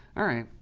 alright.